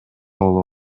болуп